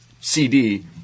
CD